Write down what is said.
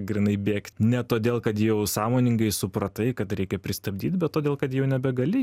grynai bėgt ne todėl kad jau sąmoningai supratai kad reikia pristabdyt bet todėl kad jau nebegali